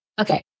okay